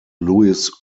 louis